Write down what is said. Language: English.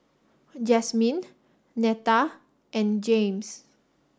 Jasmyne Neta and Jaymes